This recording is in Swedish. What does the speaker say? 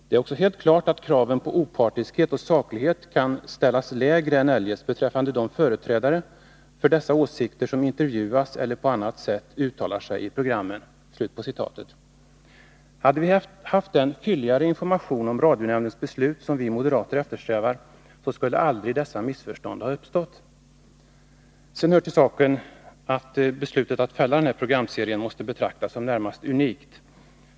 Det är också helt klart att kraven på opartiskhet och saklighet kan ställas lägre än eljest beträffande de företrädare för dessa åsikter som intervjuas eller på annat sätt uttalar sig i programmen.” Hade vi haft den fylligare information om radionämndens beslut som vi moderater eftersträvar, så skulle aldrig dessa missförstånd ha uppstått. Sedan hör det till saken att beslutet att fälla den här programserien måste betraktas som i det närmaste unikt.